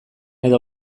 edo